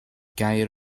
gair